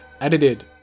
edited